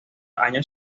año